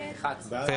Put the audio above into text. הצבעה לא אושרה.